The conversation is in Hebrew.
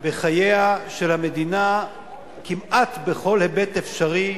בחייה של המדינה כמעט בכל היבט אפשרי,